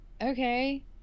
Okay